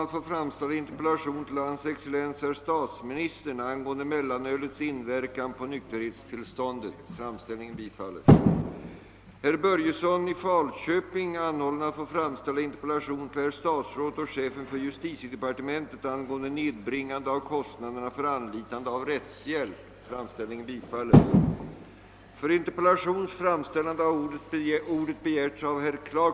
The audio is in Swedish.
Dessutom finns det nu i Sveriges riksdags protokoll fastslaget vilka principer som skall gälla. Om herr Wennerfors välvilligt lämnar sitt bistånd, skall vi kanske, var och en på sitt håll, kunna åstadkomma en information som når ut.